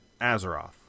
Azeroth